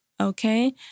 okay